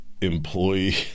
employee